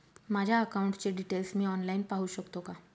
माझ्या अकाउंटचे डिटेल्स मी ऑनलाईन पाहू शकतो का?